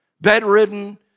bedridden